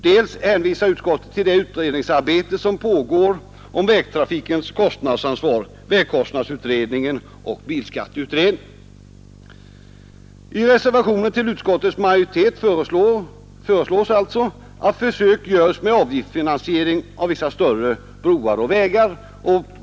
Vidare hänvisar utskottet till det utredningsarbete som pågår inom dels utredningen rörande vägtrafikens kostnadsansvar m.m., dels bilskatteutredningen. I reservationen 3 till utskottsbetänkandet föreslås alltså att försök görs med avgiftsfinansiering av vissa större broar och vägar.